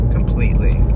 Completely